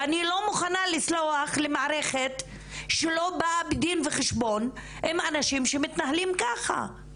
ואני לא מוכנה לסלוח למערכת שלא באה בדין וחשבון עם אנשים שמתנהלים ככה.